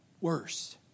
worse